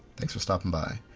thanks for stopping by.